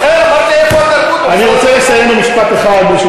לכן אני אמרתי: איפה התרבות במשרד החינוך?